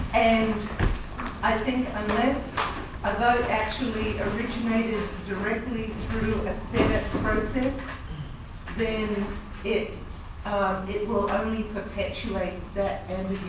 and i think unless a vote actually originated directly through a senate process, then it it will only perpetuate that